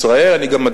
ישראל גם,